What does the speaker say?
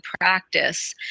practice